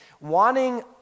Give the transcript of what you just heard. wanting